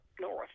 north